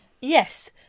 Yes